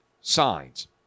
signs